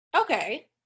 Okay